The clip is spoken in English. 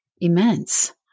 immense